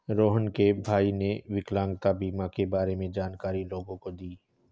रोहण के भाई ने विकलांगता बीमा के बारे में जानकारी लोगों को दी